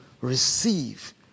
receive